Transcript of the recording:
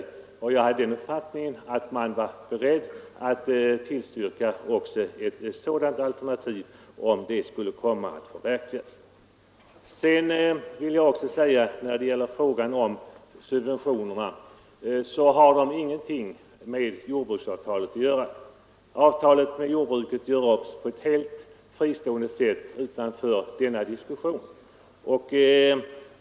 Jag har därmed haft den uppfattningen att moderata samlingspartiet varit berett att tillstyrka förslag som utformats i enlighet med något av dessa alternativ. Subventionerna har ingenting med jordbruksavtalet att göra. Avtalet med jordbruket görs upp helt fristående utanför denna diskussion.